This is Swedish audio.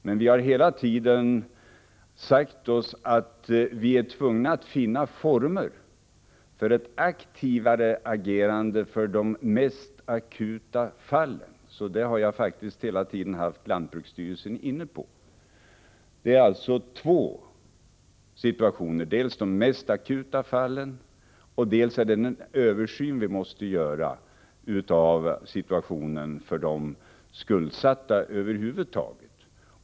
Men vi har hela tiden sagt oss att vi är tvungna att finna former för ett aktivare agerande beträffande de mest akuta fallen. Det har jag faktiskt hela tiden sett till att lantbruksstyrelsen varit inne på. Det gäller alltså två saker — dels de mest akuta fallen, dels den översyn som måste göras när det gäller situationen för de skuldsatta över huvud taget.